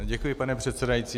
Děkuji, pane předsedající.